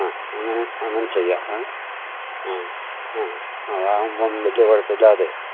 ആ അങ്ങനെ അങ്ങനെ ചെയ്യാം ആ ആ ആ അതാവുമ്പോള് വലിയ കുഴപ്പമില്ലാതെ